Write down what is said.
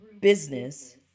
business